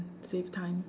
save time